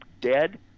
dead